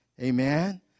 Amen